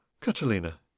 catalina